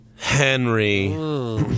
Henry